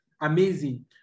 Amazing